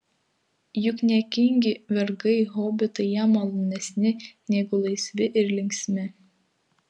juk niekingi vergai hobitai jam malonesni negu laisvi ir linksmi